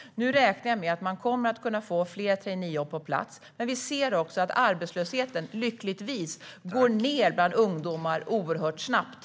Nu räknar jag med att man kommer att kunna få fler traineejobb på plats, men vi ser också att arbetslösheten bland ungdomar lyckligtvis går ned oerhört snabbt.